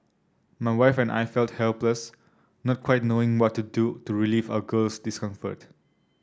my wife and I felt helpless not quite knowing what to do to relieve our girl's discomfort